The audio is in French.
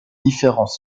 différents